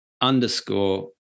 underscore